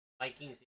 Vikings